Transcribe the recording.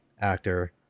actor